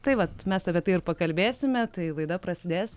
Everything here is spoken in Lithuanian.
tai vat mes apie tai ir pakalbėsime tai laida prasidės